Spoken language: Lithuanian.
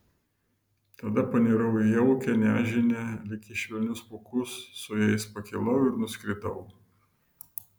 tada panirau į jaukią nežinią lyg į švelnius pūkus su jais pakilau ir nuskridau